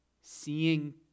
seeing